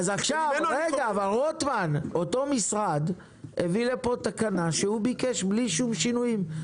אותו משרד הביא לפה תקנה שהוא ביקש בלי שום שינויים,